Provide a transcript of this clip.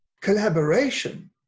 Collaboration